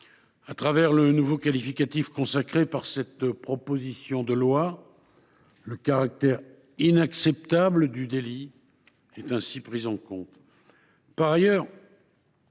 À travers le nouveau qualificatif consacré par cette proposition de loi, le caractère inacceptable du délit est ainsi pris en compte.